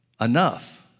enough